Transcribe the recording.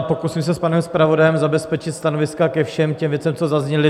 Pokusím se s panem zpravodajem zabezpečit stanoviska ke všem těm věcem, co zazněly.